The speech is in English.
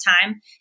time